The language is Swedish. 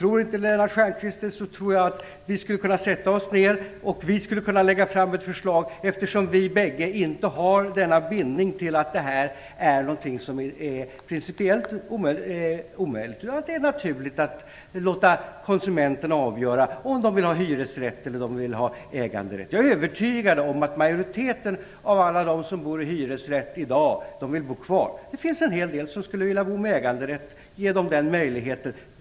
Om inte Lars Stjernkvist tror det, tror i alla fall jag att vi skulle kunna sätta oss ned och komma fram till ett förslag, eftersom vi båda inte har denna bindning till att det här är någonting som är principiellt omöjligt. Det är naturligt att låta konsumenterna avgöra om de vill ha hyresrätt eller om de vill ha äganderätt. Jag är övertygad om att majoriteten av alla dem som bor i hyresrätt i dag vill bo kvar. Det finns en hel del som skulle vilja bo med äganderätt. Ge dem den möjligheten!